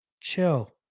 Chill